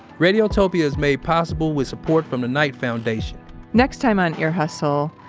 radiotopia is made possible with support from the knight foundation next time on ear hustle,